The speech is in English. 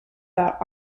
that